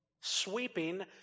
Sweeping